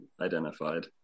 identified